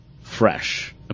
fresh